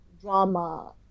drama